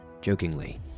Jokingly